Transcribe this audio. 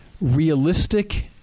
realistic